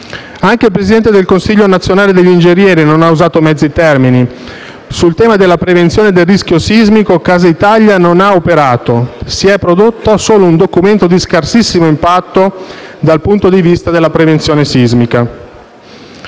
Anche il presidente del Consiglio nazionale degli ingegneri non ha usato mezzi termini, dicendo che sul tema della prevenzione del rischio sismico Casa Italia non ha operato, ma si è prodotto solo un documento di scarsissimo impatto dal punto di vista della prevenzione sismica.